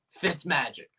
Fitzmagic